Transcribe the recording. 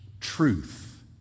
truth